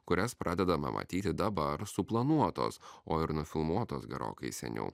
kurias pradedama matyti dabar suplanuotos o ir nufilmuotos gerokai seniau